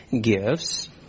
gifts